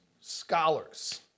scholars